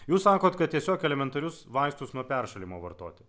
jūs sakot kad tiesiog elementarius vaistus nuo peršalimo vartoti